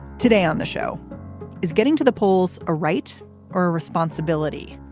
today on the show is getting to the polls a right or a responsibility?